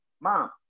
Mom